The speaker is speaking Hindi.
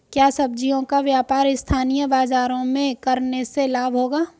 क्या सब्ज़ियों का व्यापार स्थानीय बाज़ारों में करने से लाभ होगा?